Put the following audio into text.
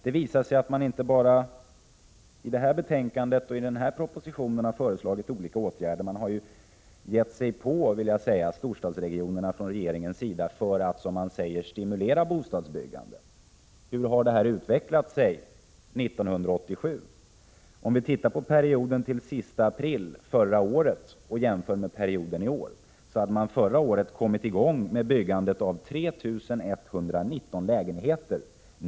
Det visar sig att socialdemokraterna inte bara i det här betänkandet och i den här propositionen föreslagit olika åtgärder. Regeringen har gett sig på storstadsregionerna för att, som man säger, stimulera bostadsbyggandet. Hur har det då utvecklat sig 1987? Om vi ser på perioden fram till sista april förra året och jämför med den perioden i år, visar det sig att man förra året hade kommit i gång med byggande av 3 119 lägenheter.